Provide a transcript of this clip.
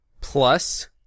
Plus